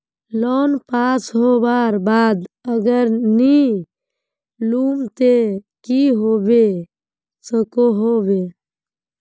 Loan pass होबार बाद अगर नी लुम ते की होबे सकोहो होबे?